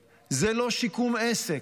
זה לא כסף, זה לא שיקום עסק,